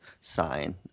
sign